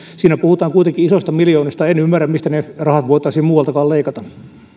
siinä puhutaan kuitenkin isoista miljoonista en ymmärrä mistä muualtakaan ne rahat voitaisiin leikata